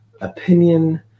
opinion